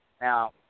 Now